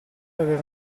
avere